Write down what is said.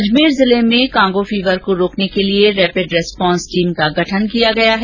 अजमेर जिले में Congo fever को रोकने के लिए रैपिड रिस्पांस टीम का गठन किया है